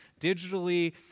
digitally